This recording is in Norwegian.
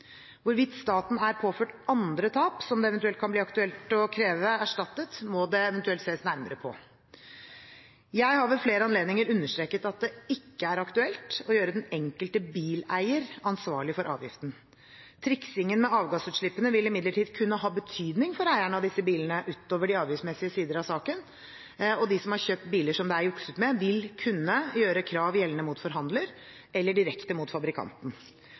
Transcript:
Hvorvidt staten er påført andre tap som det eventuelt kan bli aktuelt å kreve erstattet, må det eventuelt ses nærmere på. Jeg har ved flere anledninger understreket at det ikke er aktuelt å gjøre den enkelte bileier ansvarlig for avgiften. Triksingen med avgassutslippene vil imidlertid kunne ha betydning for eieren av disse bilene, utover de avgiftsmessige sider av saken, og de som har kjøpt biler som det er jukset med, vil kunne gjøre krav gjeldende mot forhandler eller direkte mot fabrikanten.